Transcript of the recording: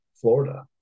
florida